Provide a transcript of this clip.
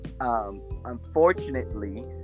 Unfortunately